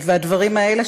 והדברים האלה,